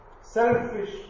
selfish